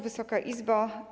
Wysoka Izbo!